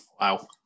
Wow